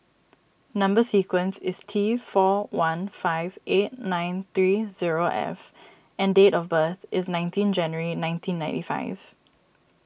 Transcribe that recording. Number Sequence is T four one five eight nine three zero F and date of birth is nineteen January nineteen ninety five